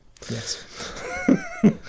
Yes